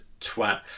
twat